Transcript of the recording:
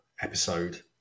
episode